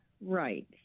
right